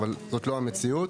אבל זאת לא המציאות.